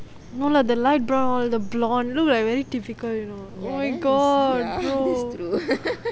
no lah the light brown the blond look like very difficult you know oh my god oh